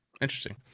Interesting